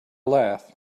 laugh